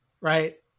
right